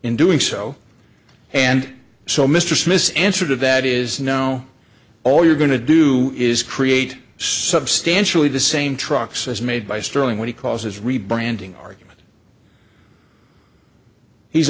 in doing so and so mr smith's answer to that is no all you're going to do is create substantially the same trucks as made by sterling what he calls his rebranding argument he's